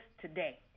today